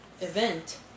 event